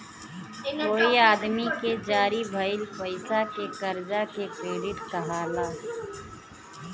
कोई आदमी के जारी भइल पईसा के कर्जा के क्रेडिट कहाला